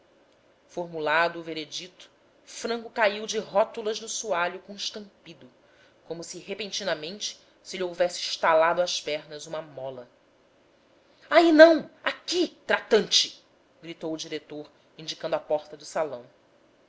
o veredicto franco caiu de rótulas no soalho com estampido como se repentinamente se lhe houvesse estalado às pernas uma mola ai não aqui tratante gritou o diretor indicando a porta do salão